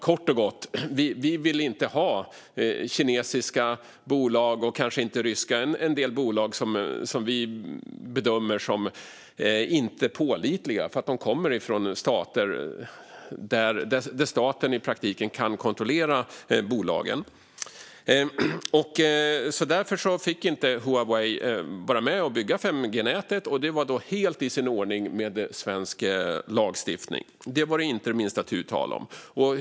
Kort och gott vill vi inte ha kinesiska och kanske inte ryska bolag, en del bolag som vi inte bedömer som pålitliga, eftersom de kommer från stater där staten i praktiken kan kontrollera bolagen. Därför fick inte Huawei vara med och bygga 5G-nätet. Det var helt i enlighet med svensk lagstiftning. Det var det inte det minsta tu tal om.